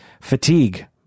Fatigue